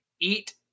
eat